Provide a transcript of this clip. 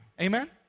Amen